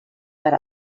per